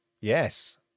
Yes